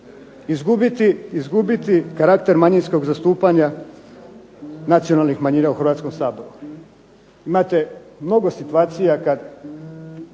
izgubiti karakter manjinskog zastupanja nacionalnih manjina u Hrvatskom saboru. Imate mnogo situacija kad